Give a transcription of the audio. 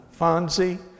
Fonzie